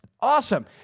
awesome